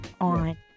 on